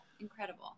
Incredible